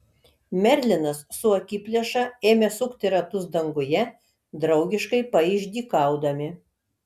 merlinas su akiplėša ėmė sukti ratus danguje draugiškai paišdykaudami